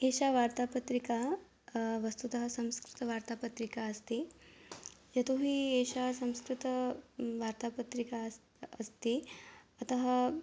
एषा वार्तापत्रिका वस्तुतः संस्कृतवार्तापत्रिका अस्ति यतोऽहि एषा संस्कृत वार्तापत्रिका अस् अस्ति अतः